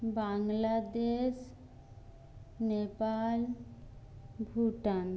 Bangladesh Nepal Bhutan